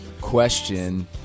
question